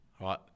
right